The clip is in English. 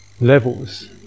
levels